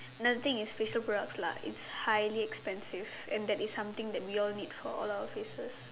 another thing is facial products lah it's highly expensive and that is something we all need for all our faces